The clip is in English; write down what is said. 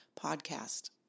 podcast